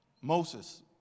Moses